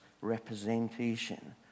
representation